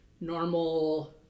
normal